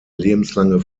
lebenslange